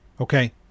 Okay